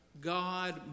God